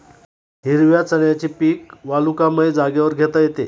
हिरव्या चण्याचे पीक वालुकामय जागेवर घेता येते